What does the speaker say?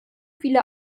viele